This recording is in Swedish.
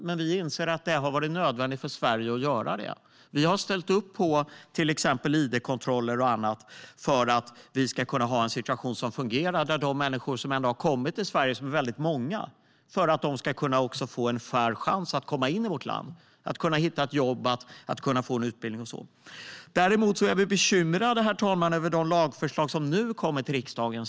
Men vi inser att det har varit nödvändigt för Sverige att göra det. Vi har ställt upp på till exempel id-kontroller och annat för att vi ska kunna ha en situation som fungerar, där de människor som har kommit till Sverige - och de är väldigt många - ska få en fair chance att komma in i vårt land, hitta ett jobb, få en utbildning och så vidare. Däremot är vi bekymrade, herr talman, över de lagförslag som snart kommer till riksdagen.